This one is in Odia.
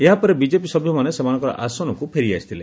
ଏହା ପରେ ବିଜେପି ସଭ୍ୟ ମାନେ ସେମାନଙ୍କର ଆସନକ୍ ଫେରି ଆସିଥିଲେ